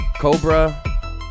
cobra